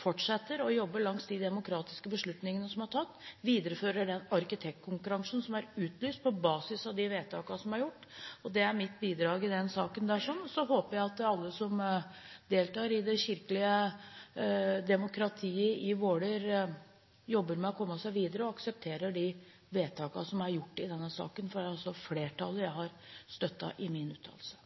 fortsetter å jobbe langs de demokratiske beslutningene som er tatt, viderefører den arkitektkonkurransen som er utlyst på basis av de vedtakene som er gjort. Det er mitt bidrag i den saken. Så håper jeg at alle som deltar i det kirkelige demokratiet i Våler, jobber med å komme seg videre og aksepterer de vedtakene som er gjort i denne saken. Det er altså flertallet jeg har støttet i min uttalelse.